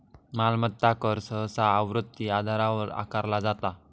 मालमत्ता कर सहसा आवर्ती आधारावर आकारला जाता